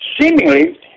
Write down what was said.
Seemingly